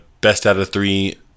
best-out-of-three